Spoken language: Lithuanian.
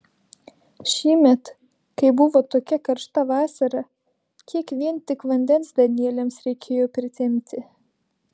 šįmet kai buvo tokia karšta vasara kiek vien tik vandens danieliams reikėjo pritempti